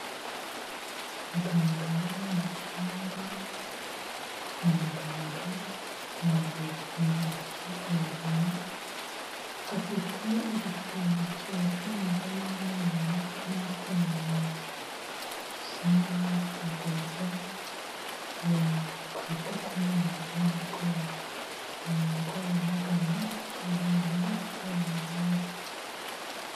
Umuganga uri mu cyumba cyo kwa muganga, yambaye uturindantoki n'itaburiya, afite igishushanyo gishushanyijemo amenyo n'akuma mu ntoki, bisa n'aho ari kwiga uburyo yakwita ku menyo y'umurwayi, umurwayi amuganye arwaye amenyo, uburyo yamuvura.